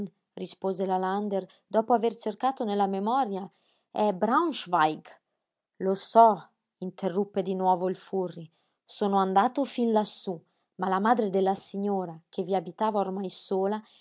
rispose la lander dopo aver cercato nella memoria è braunschweig lo so interruppe di nuovo il furri sono andato fin lassú ma la madre della signora che vi abitava ormai sola